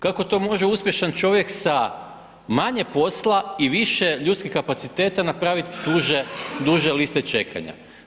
Kako to može uspješan čovjek sa manje posla i više ljudskih kapaciteta napraviti duže liste čekanja?